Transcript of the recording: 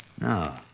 No